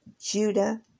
Judah